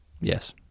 Yes